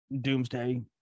doomsday